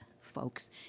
folks